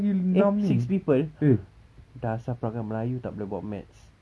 eh six people dasar perangai melayu tak boleh buat maths